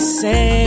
say